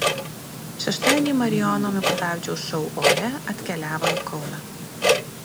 šeštadienį marijono mikutavičiaus šou ore atkeliavo į kauną